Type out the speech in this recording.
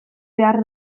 behar